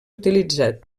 utilitzat